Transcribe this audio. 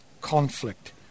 conflict